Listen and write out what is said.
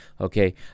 Okay